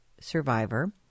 Survivor